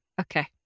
Okay